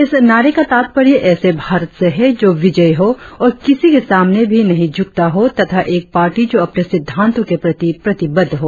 इस नारे का तात्पर्य ऎसे भारत से है जो विजयी हो और किसी के सामने भी नहीं झुकता हो तथा एक पार्टी जो अपने सिद्धांतों के प्रति प्रतिबद्ध हो